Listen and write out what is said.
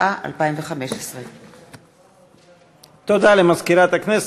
התשע"ה 2015. תודה למזכירת הכנסת.